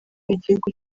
igihugu